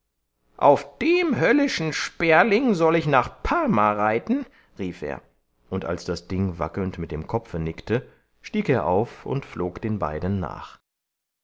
auf dem höllischen sperling soll ich nach parma reiten rief er und als das ding wackelnd mit dem kopfe nickte stieg er auf und flog den beiden nach